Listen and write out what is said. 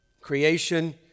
Creation